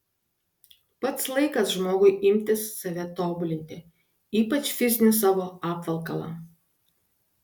pats laikas žmogui imtis save tobulinti ypač fizinį savo apvalkalą